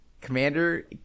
Commander